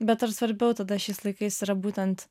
bet ar svarbiau tada šiais laikais yra būtent